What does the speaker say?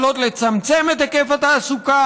יכולות לצמצם את היקף התעסוקה,